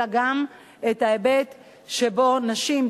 אלא גם את ההיבט שבו נשים,